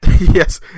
Yes